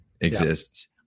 exists